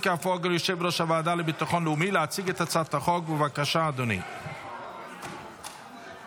ותעבור לדיון בוועדת החוץ והביטחון לצורך הכנתה לקריאה השנייה והשלישית.